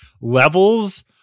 levels